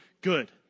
good